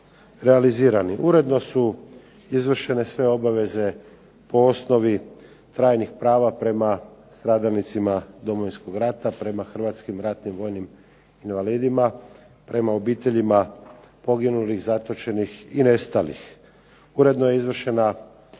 realizirani. Uredno su izvršene sve obveze po osnovi trajnih prava prema stradalnicima Domovinskog rata, prema Hrvatskim ratnim vojnim invalidima, prema obiteljima poginulih, zatočenih i nestalih. Uredno je izvršena obveza